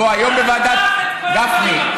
גפני,